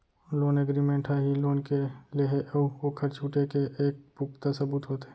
loan agreement ह ही loan के लेहे अउ ओखर छुटे के एक पुखता सबूत होथे